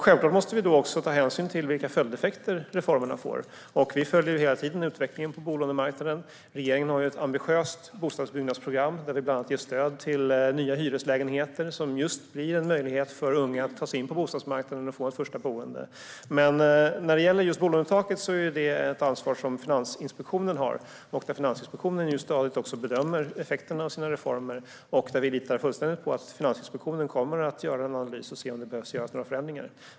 Självklart måste vi då också ta hänsyn till vilka följdeffekter som reformerna får. Vi följer hela tiden utvecklingen på bolånemarknaden. Regeringen har ett ambitiöst bostadsbyggnadsprogram, och vi ger stöd bland annat till nya hyreslägenheter som blir en möjlighet för unga att ta sig in på bostadsmarknaden och få ett första boende. När det gäller just bolånetaket är det Finansinspektionen som har ansvar för det, och Finansinspektionen bedömer stadigt effekterna av sina reformer. Vi litar fullständigt på att Finansinspektionen kommer att göra en analys av om man behöver göra några förändringar.